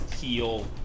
heal